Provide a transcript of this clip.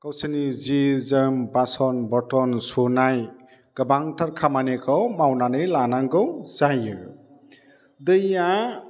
गावसिनि जि जोम बासन बर्थन सुनाय गोबांथार खामानिखौ मावनानै लानांगौ जाहैयो दैया